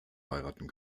heiraten